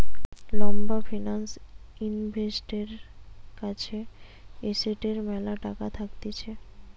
লম্বা ফিন্যান্স ইনভেস্টরের কাছে এসেটের ম্যালা টাকা থাকতিছে